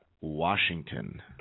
Washington